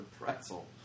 pretzel